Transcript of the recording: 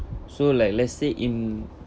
so like let's say in